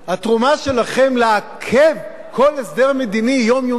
התרומה שלכם לעיכוב כל הסדר מדיני היא יומיומית,